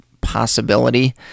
possibility